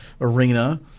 arena